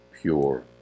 pure